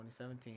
2017